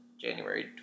January